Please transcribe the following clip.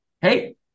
Hey